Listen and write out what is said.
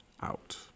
out